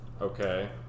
Okay